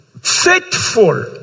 faithful